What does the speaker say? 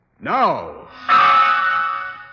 Now